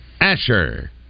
Asher